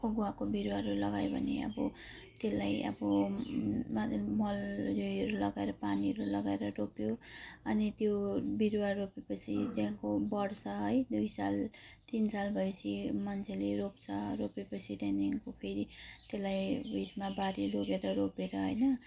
गुवाको बिरुवाहरू लगायो भने अब त्यसलाई अबमा मल उयोहरू लगाएर पानीहरू लगाएर रोप्यो अनि त्यो बिरुवा रोपे पछि त्यहाँको बढ्छ है दुई साल तिन साल भए पछि मान्छेले रोप्छ रोपे पछि त्यहाँदेखिको फेरि त्यसलाई उयसमा बारी लगेर रोपेर होइन